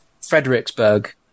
Fredericksburg